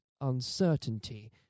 uncertainty